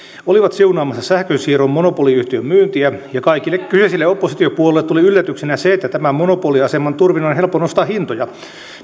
olivat siunaamassa sähkönsiirron monopoliyhtiön myyntiä ja kaikille nykyisille oppositiopuolueille tuli yllätyksenä se että tämän monopoliaseman turvin on helppo nostaa hintoja